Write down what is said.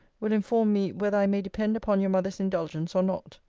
will inform me, whether i may depend upon your mother's indulgence or not.